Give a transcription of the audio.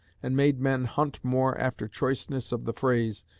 and made men hunt more after choiceness of the phrase,